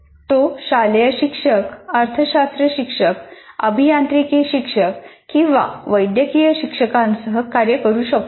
तो शालेय शिक्षक अर्थशास्त्र शिक्षक अभियांत्रिकी शिक्षक किंवा वैदयकीय शिक्षकांसह कार्य करू शकतो